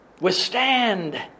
Withstand